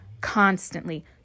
constantly